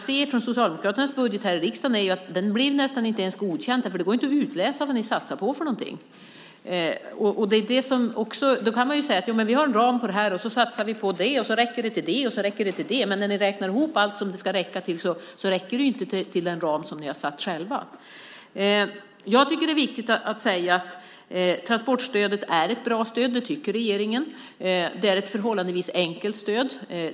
Socialdemokraternas budget i riksdagen blev knappt godkänd eftersom det inte gick att utläsa vad ni satsade på. Det går visst att säga att det finns en ram, att man satsar på det och det räcker till det och det. Men när ni räknar ihop allt räcker det inte till den ram som ni själva har satt upp. Regeringen tycker att transportstödet är ett bra stöd. Det är ett förhållandevis enkelt stöd.